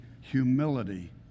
humility